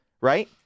right